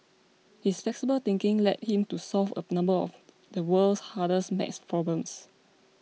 his flexible thinking led him to solve a number of the world's hardest maths problems